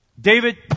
David